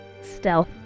stealth